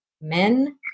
men